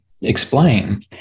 explain